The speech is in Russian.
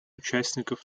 участников